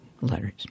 letters